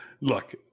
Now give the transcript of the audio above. Look